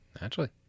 naturally